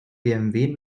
bmw